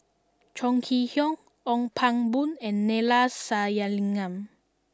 Chong Kee Hiong Ong Pang Boon and Neila Sathyalingam